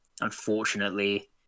unfortunately